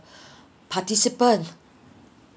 participant